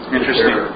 Interesting